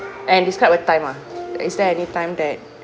and describe a time ah is there any time that